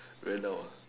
ran out